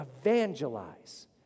evangelize